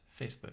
Facebook